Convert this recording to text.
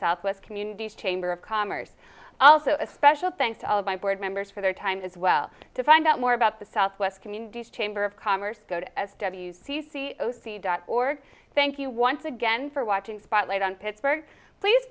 southwest communities chamber of commerce also a special thanks to all of my board members for their time as well to find out more about the southwest communities chamber of commerce go to c c o c dot org thank you once again for watching spotlight on pittsburgh please